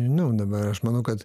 nu dabar aš manau kad